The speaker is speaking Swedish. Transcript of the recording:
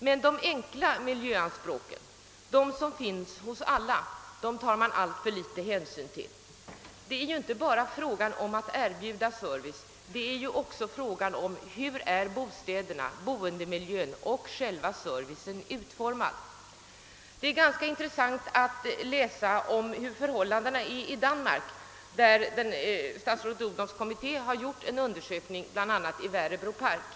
Men de enkla miljöanspråk som finns hos alla tar man alltför liten hänsyn till. Det är inte bara fråga om att erbjuda service, det är också fråga om hur bostäderna, boendemiljön och själva servicen är utformade. Det är ganska intressant att läsa om hur förhållandena är i Danmark, där statsrådet Odhnoffs kommitté gjort en undersökning bl.a. i Verebro Park.